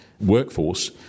workforce